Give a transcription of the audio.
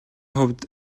хувьд